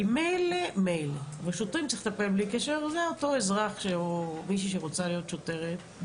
אותו אזרח או מישהי שרוצה להיות שוטרת,